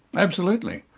absolutely.